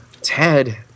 Ted